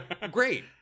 Great